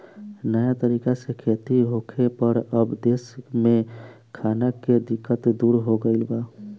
नया तरीका से खेती होखे पर अब देश में खाना के दिक्कत दूर हो गईल बा